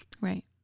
Right